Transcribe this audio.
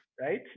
right